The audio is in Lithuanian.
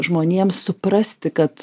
žmonėms suprasti kad